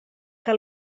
que